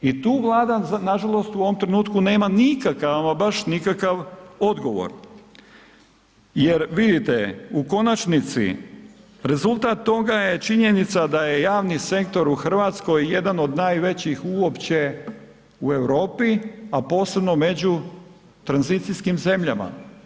I tu Vlada nažalost u ovom trenutku nema nikakav, ama baš nikakav odgovor jer vidite u konačnici, rezultat toga je činjenica da je javni sektor u Hrvatskoj jedan od najvećih uopće u Europi a posebno među tranzicijskim zemljama.